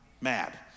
mad